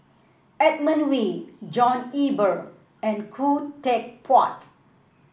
Edmund Wee John Eber and Khoo Teck Puat